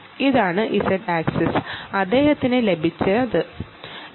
ഇതാണ് അദ്ദേഹത്തിന് ലഭിച്ച z ആക്സിസ്